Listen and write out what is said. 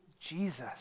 Jesus